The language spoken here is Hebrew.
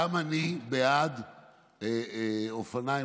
גם אני בעד אופניים,